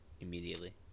immediately